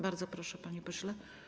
Bardzo proszę, panie pośle.